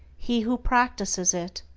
he who practices it.